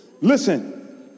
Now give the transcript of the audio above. Listen